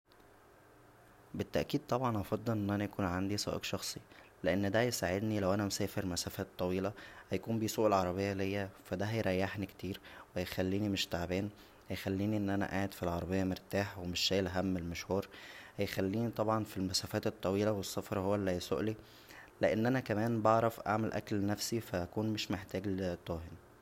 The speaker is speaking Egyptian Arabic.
بالتاكيد طبعا هفضل ان انا يكون عندى سائق شخصى لان دا هيساعدنى لو انا مسافر مسافات طويله هيكون بيسوق العربيه ليا فا دا هيريحنى كتير هيخلينى مش تعبان هيخلينى ان انا قاعد فالعربيه مرتاح مش شايل هم المشوار هيخلينى طبعا فالمسافات الطويله و السفر هو اللى هيسوقلى لان انا كمان بعرف اعمل اكل لنفسى فهكون مش محتاج ل طاه